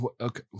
Okay